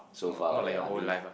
so far but yeah lah I mean